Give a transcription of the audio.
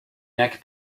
neck